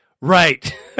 right